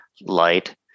light